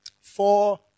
four